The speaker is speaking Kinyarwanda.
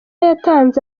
yatanze